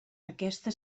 aquesta